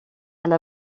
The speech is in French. elle